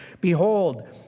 Behold